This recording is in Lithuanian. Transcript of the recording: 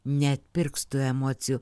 neatpirks tų emocijų